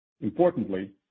Importantly